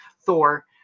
Thor